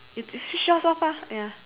it it switch off ah ya